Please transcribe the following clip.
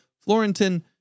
Florentin